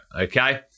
okay